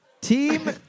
Team